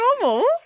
Normal